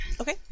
Okay